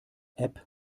app